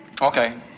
Okay